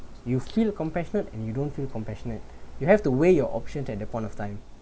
you feel compassionate and you don't feel compassionate you have to weigh your options at that point of time